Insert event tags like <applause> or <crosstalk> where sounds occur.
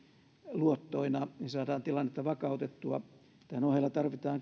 luottoina niin saadaan tilannetta vakautettua tämän ohella tarvitaan <unintelligible>